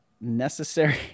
necessary